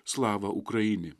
slava ukrainie